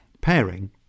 pairing